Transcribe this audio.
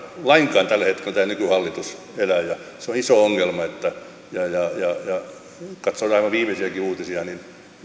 lainkaan tällä hetkellä tämä nykyhallitus elää ja se on iso ongelma katsoin aivan viimeisiäkin uutisia niin